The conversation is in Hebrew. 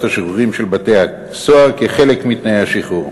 השחרורים של בתי-הסוהר כחלק מתנאי השחרור.